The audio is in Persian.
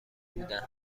بودن